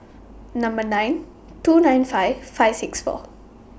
Number nine two nine five five six four